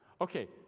okay